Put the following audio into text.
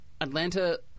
Atlanta